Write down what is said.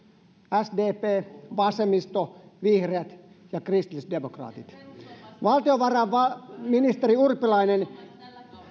sdp vasemmisto vihreät ja kristillisdemokraatit valtiovarainministeri urpilainen